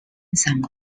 some